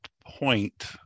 point